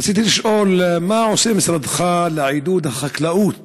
רציתי לשאול: מה עושה משרדך לעידוד החקלאות